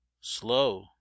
Slow